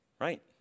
right